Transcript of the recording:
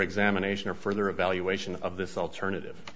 examination or further evaluation of this alternative